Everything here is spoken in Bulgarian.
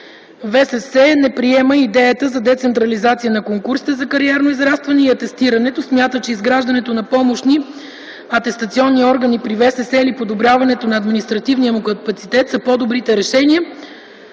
ВСС не приема и идеята за децентрализация на конкурсите за кариерно израстване и атестирането. Смята, че изграждането на помощни атестационни органи при ВСС или подобряването на административния му капацитет са по-добрите решения,